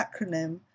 acronym